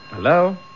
Hello